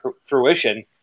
fruition